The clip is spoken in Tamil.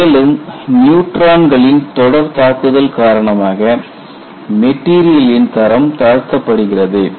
மேலும் நியூட்ரான்களின் தொடர் தாக்குதல் காரணமாக மெட்டீரியலின் தரம் தாழ்த்தப் படுகிறது